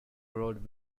road